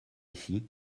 ici